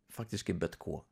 faktiškai bet kuo